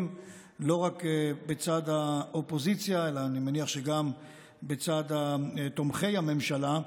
לא רק בצד האופוזיציה אלא אני מניח שגם בצד תומכי הממשלה,